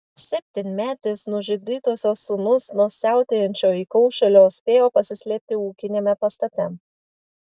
septynmetis nužudytosios sūnus nuo siautėjančio įkaušėlio spėjo pasislėpti ūkiniame pastate